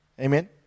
Amen